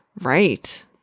right